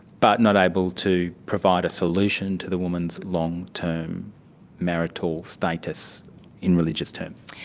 but not able to provide a solution to the woman's long-term marital status in religious terms.